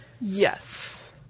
Yes